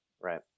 right